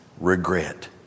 regret